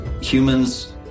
Humans